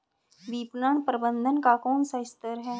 विपणन प्रबंधन का कौन सा स्तर है?